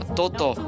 toto